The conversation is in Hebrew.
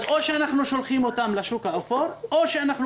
אז או שאנחנו שולחים אותם לשוק האפור או שאנחנו